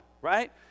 right